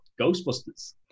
Ghostbusters